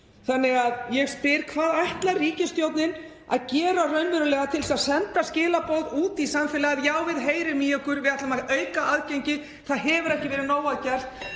baka. Ég spyr: Hvað ætlar ríkisstjórnin að gera raunverulega til þess að senda þessi skilaboð út í samfélagið? Já, við heyrum í ykkur, við ætlum að auka aðgengið. Það hefur ekki verið nóg að gert